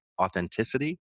authenticity